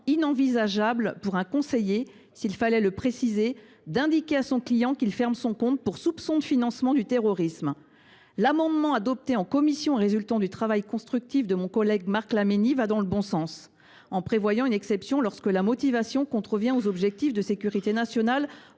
inenvisageable pour un conseiller, s’il fallait le préciser, d’indiquer à son client que son compte est fermé pour soupçon de financement du terrorisme. L’amendement adopté en commission, résultant du travail constructif de mon collègue Marc Laménie, va dans le bon sens puisqu’il tend à poser une exception lorsque la motivation contrevient aux objectifs de sécurité nationale